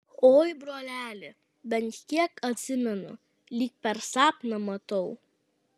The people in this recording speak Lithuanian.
oi broleli bent kiek atsimenu lyg per sapną matau